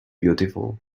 beautiful